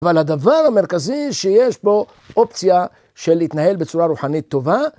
אבל הדבר המרכזי שיש בו אופציה של להתנהל בצורה רוחנית טובה.